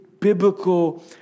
biblical